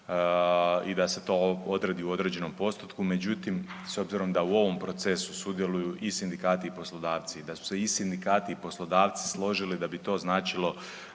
i da se to odredi u određenom postotku. Međutim, s obzirom da u ovom procesu sudjeluju i sindikati i poslodavci, da su se i sindikati i poslodavci složili da bi to značilo